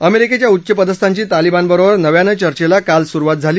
अमेरिकेच्या उच्च पदस्थांची तालिबानबरोबर नव्यानं चर्चेला काल सुरुवात झाली